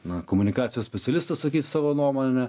na komunikacijos specialistas sakyti savo nuomonę